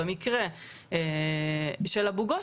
במקרה של אבו-גוש,